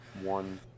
one